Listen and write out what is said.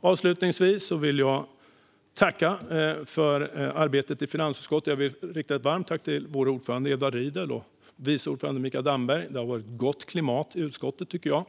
Avslutningsvis vill jag tacka för samarbetet i finansutskottet. Jag vill rikta ett varmt tack till vår ordförande Edward Riedl och vice ordförande Mikael Damberg. Det har varit ett gott och konstruktivt klimat i utskottet, tycker jag.